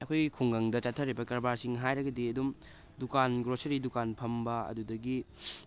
ꯑꯩꯈꯣꯏꯒꯤ ꯈꯨꯡꯒꯪꯗ ꯆꯠꯊꯔꯤꯕ ꯀꯔꯕꯥꯔꯁꯤꯡ ꯍꯥꯏꯔꯒꯗꯤ ꯑꯗꯨꯝ ꯗꯨꯀꯥꯟ ꯒ꯭ꯔꯣꯁꯔꯤ ꯗꯨꯀꯥꯟ ꯐꯝꯕ ꯑꯗꯨꯗꯒꯤ